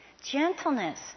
Gentleness